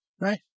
Right